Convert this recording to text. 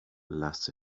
lasts